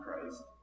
Christ